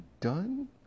done